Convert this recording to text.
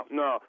no